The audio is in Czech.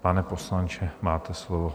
Pane poslanče, máte slovo.